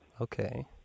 Okay